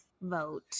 vote